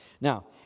Now